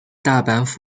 大阪府